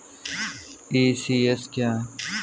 ECS क्या है?